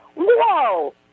whoa